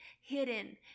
hidden